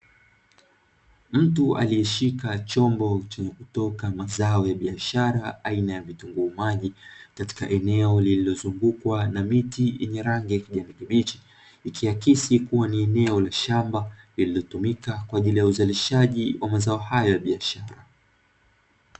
Mtu aliyeshika chombo chenye kutoka mazao ya biashara aina ya vitunguu maji, katika eneo lililozungukwa na miti yenye rangi ya kibichi, ikiakisi kuwa ni eneo la shamba lililotumika kwa ajili ya uzalishaji wa mazao hayo ya biashara.